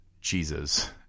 Jesus